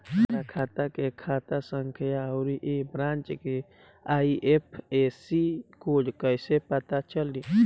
हमार खाता के खाता संख्या आउर ए ब्रांच के आई.एफ.एस.सी कोड कैसे पता चली?